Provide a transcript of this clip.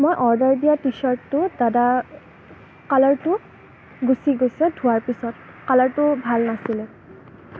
মই অৰ্ডাৰ দিয়া টি চাৰ্টটোৰ দাদা কালাৰটো গুচি গৈছে ধোৱাৰ পিছত কালাৰটো ভাল নাছিলে